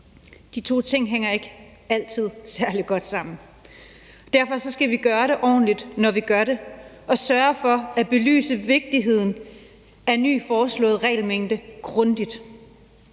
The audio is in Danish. De to ting hænger ikke altid særlig godt sammen. Derfor skal vi gøre det ordentligt, når vi gør det, og sørge for at belyse vigtigheden af en ny foreslået regelmængde grundigt.